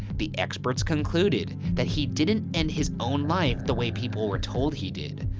the experts concluded that he didn't end his own life the way people were told he did.